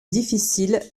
difficile